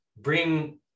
bring